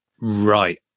Right